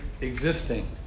existing